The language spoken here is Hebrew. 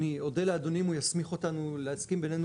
אני אודה לאדוני אם הוא יסמיך אותנו להסכים בינינו